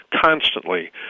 constantly